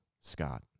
Scott